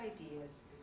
ideas